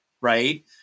right